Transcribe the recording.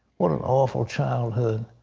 what an awful childhood,